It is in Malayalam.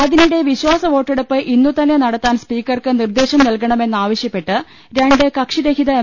അതിനിടെ വിശ്വാസവോട്ടെടുപ്പ് ഇന്നുതന്നെ നടത്താൻ സ്പീക്കർക്ക് നിർദേശം നൽകണമെന്നാവശ്യപ്പെട്ട് രണ്ട് കക്ഷിര ഹിത എം